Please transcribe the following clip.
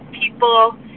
people